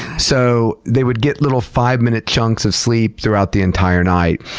so, they would get little five minute chunks of sleep throughout the entire night.